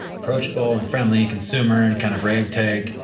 approachable and friendly and consumer and kind of ragtag,